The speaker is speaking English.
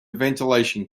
ventilation